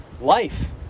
life